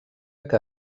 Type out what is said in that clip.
que